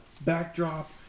backdrop